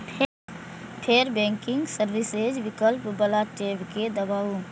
फेर banking services विकल्प बला टैब कें दबाउ